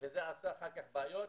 וזה עשה אחר כך בעיות,